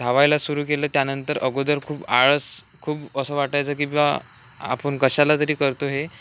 धावायला सुरू केलं त्यानंतर अगोदर खूप आळस खूप असं वाटायचं की बा आपण कशाला तरी करतो हे